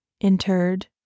entered